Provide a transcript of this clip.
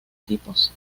tipos